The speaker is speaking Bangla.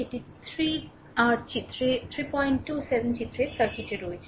এটি 3 r চিত্র 327 চিত্রের সার্কিটে রয়েছে